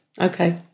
okay